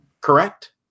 correct